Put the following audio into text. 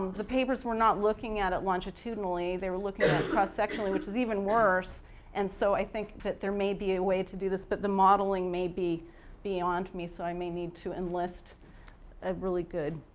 the papers were not looking at it longitudinally. they were looking at it cross-sectionally which is even worse and so i think that there may be a way to do this but the modeling may be beyond me so i may need to enlist a really good,